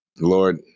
Lord